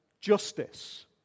justice